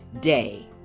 day